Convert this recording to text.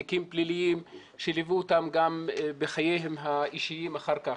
תיקים פליליים שליוו אותם גם בחייהם האישיים אחר כך.